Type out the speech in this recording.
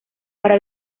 para